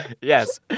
Yes